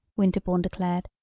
winterbourne declared.